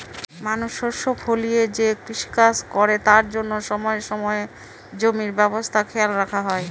মানুষ শস্য ফলিয়ে যে কৃষিকাজ করে তার জন্য সময়ে সময়ে জমির অবস্থা খেয়াল রাখা হয়